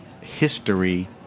history